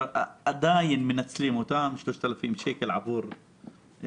עדיין מנצלים אותם 3,000 שקל חודשי,